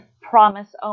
promise